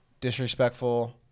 disrespectful